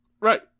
Right